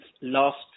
last